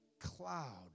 cloud